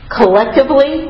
collectively